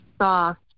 soft